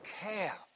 calf